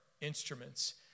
instruments